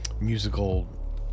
musical